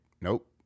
nope